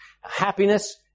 Happiness